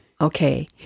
Okay